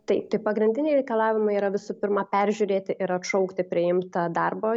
tai tai pagrindiniai reikalavimai yra visų pirma peržiūrėti ir atšaukti priimtą darbo